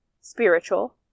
spiritual